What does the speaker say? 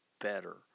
better